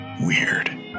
Weird